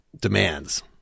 demands